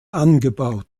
angebaut